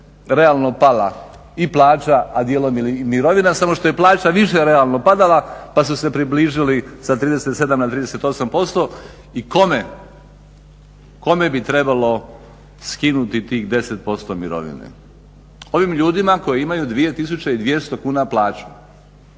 realno pala i plaća a dijelom i mirovina. Samo što je plaća više realno padala pa su se približili sa 37 na 38%. I kome, kome bi trebalo skinuti tih 10% mirovine? Ovim ljudima koji imaju 2200 kuna plaću